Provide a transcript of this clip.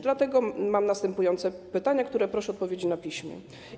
Dlatego mam następujące pytania i proszę o odpowiedzi na piśmie.